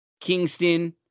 Kingston